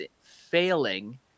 failing